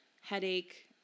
headache